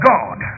God